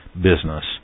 business